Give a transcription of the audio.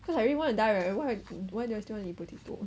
because I already want to die right why why do I still want to eat potato